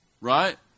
Right